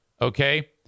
okay